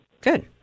Good